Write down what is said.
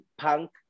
punk